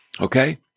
okay